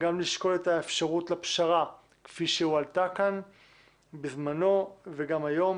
גם לשקול את האפשרות לפשרה כפי שהועלתה כאן בזמנו וגם היום,